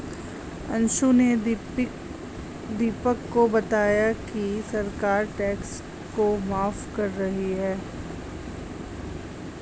अंशु ने दीपक को बताया कि सरकार टैक्स को माफ कर रही है